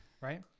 right